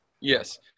Yes